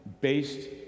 based